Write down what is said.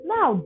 Now